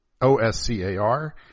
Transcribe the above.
O-S-C-A-R